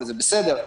וזה בסדר,